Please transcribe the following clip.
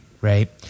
Right